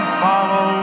follow